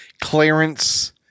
clarence